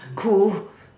cool